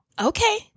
Okay